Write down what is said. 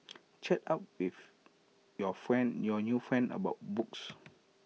chat up with your friend your new friend about books